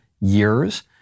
years